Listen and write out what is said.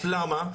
למה?